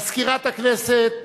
מזכירת הכנסת